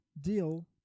deal